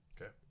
Okay